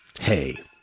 hey